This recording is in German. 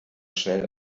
schnell